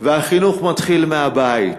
והחינוך מתחיל מהבית,